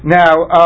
now